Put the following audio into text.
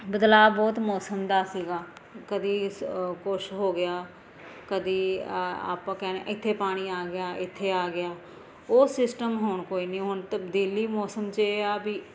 ਬਦਲਾਵ ਬਹੁਤ ਮੌਸਮ ਦਾ ਸੀਗਾ ਕਦੀ ਕੁਛ ਹੋ ਗਿਆ ਕਦੀ ਆਪਾਂ ਕਹਿਣੇ ਇੱਥੇ ਪਾਣੀ ਆ ਗਿਆ ਇੱਥੇ ਆ ਗਿਆ ਉਹ ਸਿਸਟਮ ਹੁਣ ਕੋਈ ਨਹੀਂ ਹੁਣ ਤਬਦੀਲੀ ਮੌਸਮ 'ਚ ਆ ਵੀ